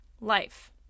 life